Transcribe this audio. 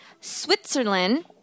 Switzerland